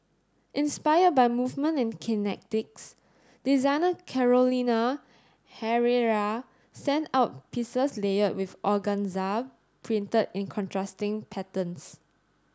inspired by movement and kinetics designer Carolina Herrera sent out pieces layered with organza print in contrasting patterns